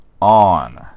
on